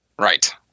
Right